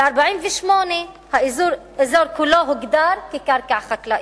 ב-1948 האזור כולו הוגדר קרקע חקלאית.